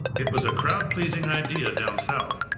it was a crowd-pleasing idea down south,